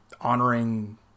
honoring